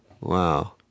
wow